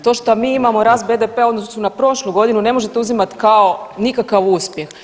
To što mi imamo rast BDP-a u odnosu na prošlu godinu ne možete uzimati kao nikakav uspjeh.